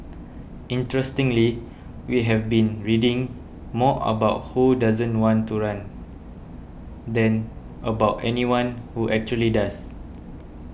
interestingly we have been reading more about who doesn't want to run than about anyone who actually does